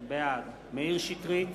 בעד מאיר שטרית,